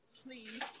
Please